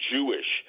Jewish